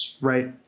right